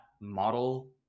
model